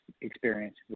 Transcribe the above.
experience